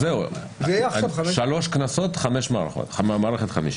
שלוש כנסות, חמש מערכות.